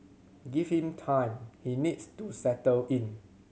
give him time he needs to settle in